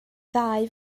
ddau